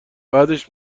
بعدش